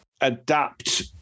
adapt